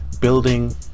building